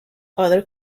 other